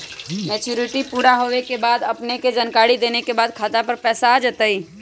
Maturity पुरा होवे के बाद अपने के जानकारी देने के बाद खाता पर पैसा आ जतई?